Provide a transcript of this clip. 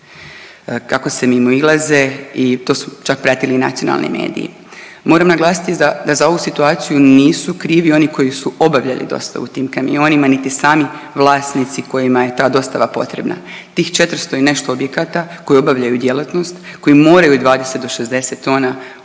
kako se mimoilaze i to su čak pratili i nacionalni mediji. Moram naglasiti da za ovu situaciju nisu krivi oni koji su obavljali dostavu u tim kamionima niti sami vlasnici kojima je ta dostava potrebna. Tih 400 i nešto objekata koji obavljaju djelatnost, koji moraju 20 do 60 tona